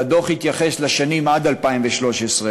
אבל הדוח התייחס לשנים עד 2013,